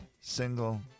single